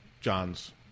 John's